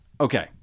okay